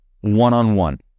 one-on-one